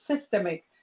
systemic